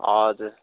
हजुर